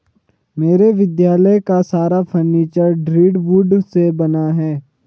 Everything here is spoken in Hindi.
मेरे विद्यालय का सारा फर्नीचर दृढ़ वुड से बना है